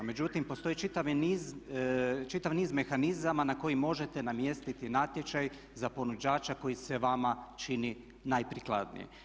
Međutim, postoji čitav niz mehanizama na koji možete namjestiti natječaj za ponuđača koji se vama čini najprikladniji.